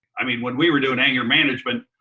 i mean, when we were doing anger management,